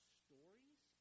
stories